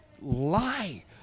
lie